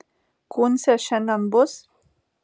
kūncė šiandien bus